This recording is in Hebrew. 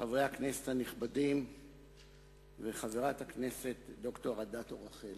חברי הכנסת הנכבדים וחברת הכנסת ד"ר אדטו רחל,